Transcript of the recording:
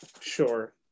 Sure